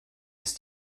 ist